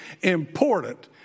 important